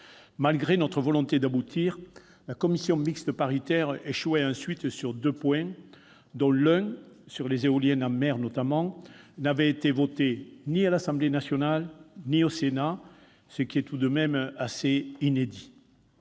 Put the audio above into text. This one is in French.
Malgré notre volonté d'aboutir, la commission mixte paritaire a échoué sur deux points, dont l'un, portant sur les éoliennes en mer, n'avait été voté ni par l'Assemblée nationale ni par le Sénat, ce qui est tout de même assez inédit.